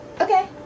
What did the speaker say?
Okay